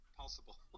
possible